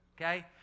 Okay